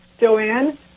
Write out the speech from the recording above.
Joanne